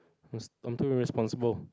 I'm I'm too irresponsible